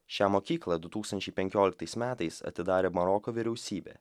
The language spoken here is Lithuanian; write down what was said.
šią mokyklą du tūkstančiai penkioliktais metais atidarė maroko vyriausybė